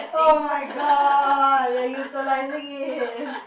oh-my-god you're utilizing it